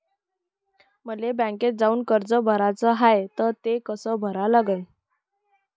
मले बँकेत जाऊन कर्ज भराच हाय त ते कस करा लागन?